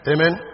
Amen